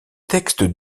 textes